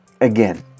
Again